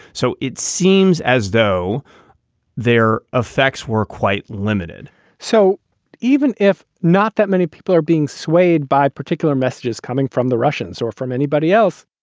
so it seems as though their effects were quite limited so even if not that many people are being swayed by particular messages coming from the russians or from anybody else,